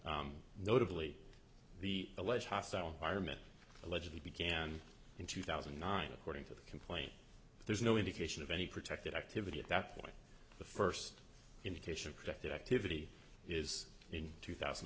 wagner notably the alleged hostile environment allegedly be and in two thousand and nine according to the complaint there's no indication of any protected activity at that point the first indication of protected activity is in two thousand